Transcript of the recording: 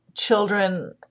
Children